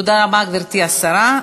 תודה רבה, גברתי השרה.